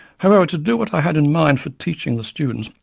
however to do what i had in mind for teaching the students,